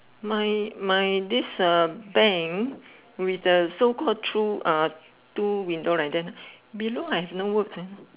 my my this uh bank with the so called two uh two window like that below I have no words eh